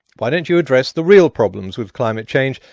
why don't you address the real problems with climate change,